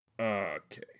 Okay